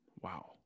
Wow